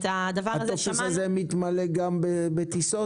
הטופס הזה מתמלא גם בטיסות?